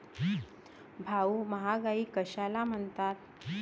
भाऊ, महागाई कशाला म्हणतात?